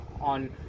on